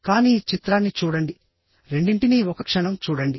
కానీ చిత్రాన్ని చూడండి రెండింటినీ ఒక క్షణం చూడండి